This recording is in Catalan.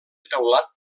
teulat